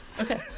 okay